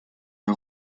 der